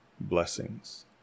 blessings